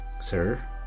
Sir